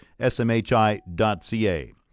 SMHI.ca